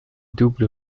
double